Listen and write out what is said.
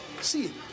See